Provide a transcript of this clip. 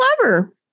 clever